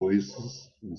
voicesand